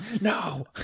No